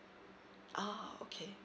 ah okay